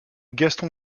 gaston